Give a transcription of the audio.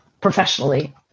professionally